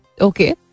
okay